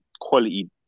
quality